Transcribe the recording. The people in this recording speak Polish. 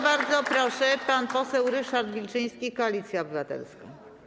Bardzo proszę, pan poseł Ryszard Wilczyński, Koalicja Obywatelska.